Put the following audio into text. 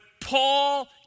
Paul